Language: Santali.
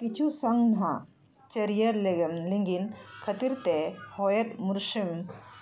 ᱠᱤᱪᱷᱩ ᱥᱟᱝ ᱦᱟᱸᱜ ᱪᱟᱹᱨᱭᱟᱹ ᱞᱟᱹᱜᱤᱫ ᱦᱚᱭᱮᱫ ᱢᱚᱨᱥᱩᱢ